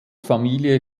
familie